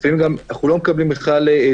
לפעמים אנחנו גם לא מקבלים תשובות,